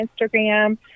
Instagram